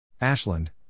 Ashland